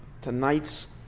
Tonight's